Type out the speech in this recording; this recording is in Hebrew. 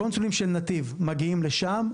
הקונסולים של נתיב מגיעים לשם,